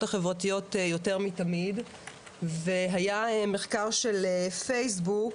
החברתיות יותר מתמיד והיה מחקר של פייסבוק,